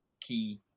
key